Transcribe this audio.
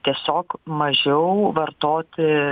tiesiog mažiau vartoti